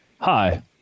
Hi